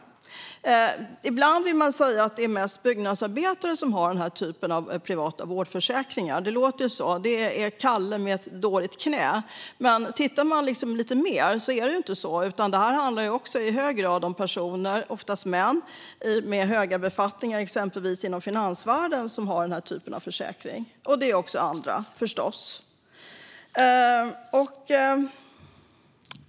Ibland låter det som att det mest är byggnadsarbetare som har den här typen av privata vårdförsäkringar. Det handlar om Kalle med ett dåligt knä, sägs det. Men tittar man lite mer ser man att det inte är så. Det är också i hög grad personer med höga befattningar, exempelvis inom finansvärlden, oftast män, som har den här typen av försäkringar. Det är även andra förstås.